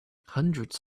hundreds